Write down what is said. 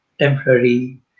temporary